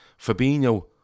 Fabinho